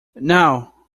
now